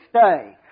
stay